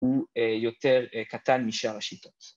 ‫הוא יותר קטן משאר השיטות.